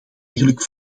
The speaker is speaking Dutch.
eigenlijk